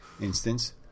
Instance